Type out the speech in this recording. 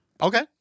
Okay